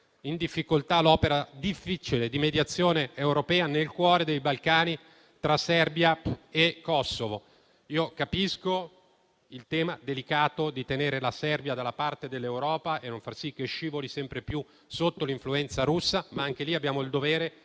in difficoltà l'opera difficile di mediazione europea nel cuore dei Balcani, tra Serbia e Kosovo. Capisco il tema delicato di tenere la Serbia dalla parte dell'Europa e non far sì che scivoli sempre più sotto l'influenza russa, ma anche lì abbiamo il dovere